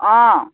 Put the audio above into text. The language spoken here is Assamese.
অঁ